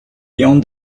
beyond